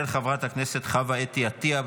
של חברת הכנסת חוה אתי עטייה.